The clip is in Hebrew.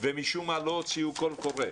ומשום מה לא הוציאו קול קורא.